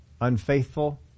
unfaithful